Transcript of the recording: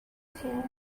here